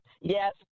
yes